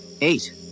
Eight